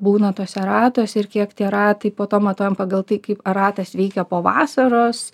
būna tuose ratuose ir kiek tie ratai po to matuojam pagal tai kaip ratas veikia po vasaros